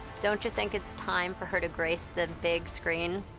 don't you think it's time for her to grace the big screen?